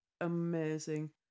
amazing